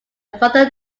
further